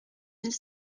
mille